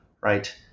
right